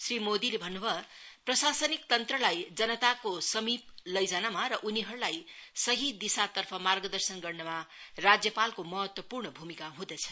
श्री मोदीले भन्नु भयो प्रशासनिक तन्त्रलाई जनताको समीप लैजानमा र उनीहरूलाई सही दिशा तर्फ मार्गदर्शन गर्नमा राज्यपालको महत्तवपूर्ण भूमिका हुँदैछ